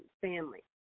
family